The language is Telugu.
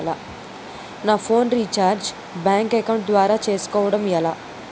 నా ఫోన్ రీఛార్జ్ బ్యాంక్ అకౌంట్ ద్వారా చేసుకోవటం ఎలా?